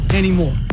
anymore